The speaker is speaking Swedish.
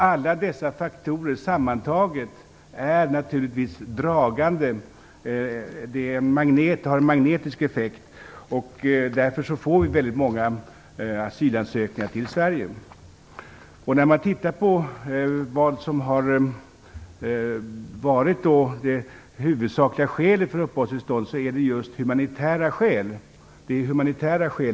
Alla dessa faktorer sammantaget är naturligtvis dragande och har en magnetisk effekt. Därför får vi väldigt många asylansökningar i Sverige. Om man tittar på det huvudsakliga skälet för uppehållstillstånd, finner man att det är just humanitära skäl.